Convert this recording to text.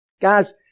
guys